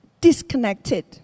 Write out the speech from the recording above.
disconnected